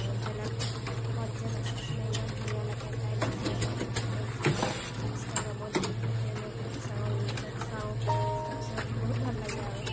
ঝলকত যে নাচিছিলে ইমান ধুনীয়া লাগে তাই নাচে মই পাৰফৰ্মেনচ চাওঁ ইষ্টাগ্ৰামত দি থাকে মই তাত চাওঁ ৰিলচত চাওঁ তাৰপিছত বহুত ভালে আৰু